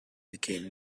became